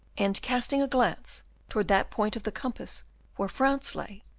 and, casting a glance towards that point of the compass where france lay,